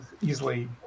easily